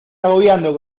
agobiando